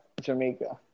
Jamaica